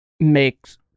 Makes